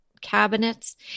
cabinets